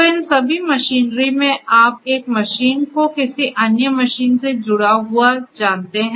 तो इन सभी मशीनरी में आप एक मशीन को किसी अन्य मशीन से जुड़ा हुआ जानते हैं